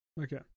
Okay